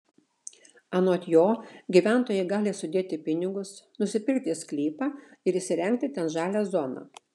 anot jo gyventojai gali sudėti pinigus nusipirkti sklypą ir įsirengti ten žalią zoną